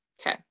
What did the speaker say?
Okay